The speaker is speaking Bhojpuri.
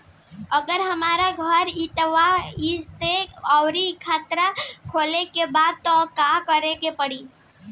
अगर हमार घर इहवा नईखे आउर खाता खोले के बा त का करे के पड़ी?